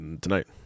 Tonight